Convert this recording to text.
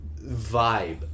vibe